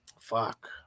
fuck